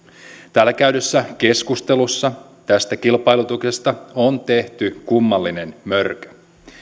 täällä käydyssä keskustelussa kilpailutuksesta on tehty kummallinen mörkö